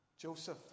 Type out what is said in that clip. Joseph